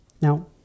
Now